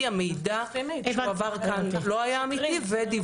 - המידע שעבר כאן לא היה אמיתי - ודיווח